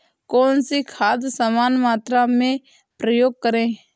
कौन सी खाद समान मात्रा में प्रयोग करें?